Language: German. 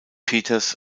peters